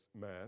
math